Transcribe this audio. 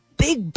big